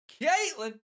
Caitlin